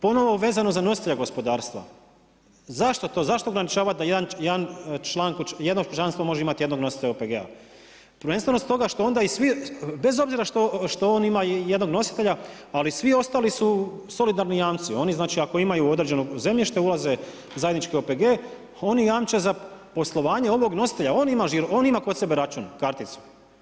Ponovo, vezano za nositelja gospodarstva, zašto ograničavati, da jedno kućanstvo, može imati jednog nositelja OPG-a, prvenstveno s toga, što onda i svi, bez obzira što on ima i jednog nositelja, ali svi ostali su solidarni jamci, oni znači ako imaju određeno zemljište, ulaze zajednički u OPG oni jamče za poslovanje ovog nositelja, on ima kod sebe račun, karticu.